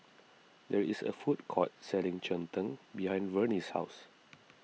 there is a food court selling Cheng Tng behind Vernie's house